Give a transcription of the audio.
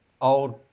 old